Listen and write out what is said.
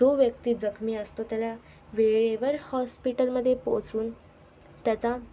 जो व्यक्ती जखमी असतो त्याला वेळेवर हॉस्पिटलमध्ये पोचवून त्याचा